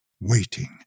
waiting